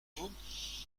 vous